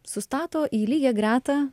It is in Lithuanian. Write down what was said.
sustato į lygią gretą